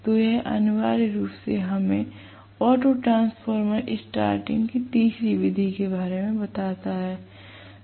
तो यह अनिवार्य रूप से हमें ऑटो ट्रांसफार्मर स्टार्टिंग की तीसरी विधि के बारे में बताता है